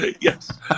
Yes